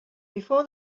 before